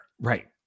Right